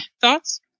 thoughts